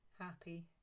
happy